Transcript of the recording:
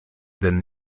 than